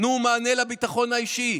תנו מענה לביטחון האישי.